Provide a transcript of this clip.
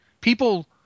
People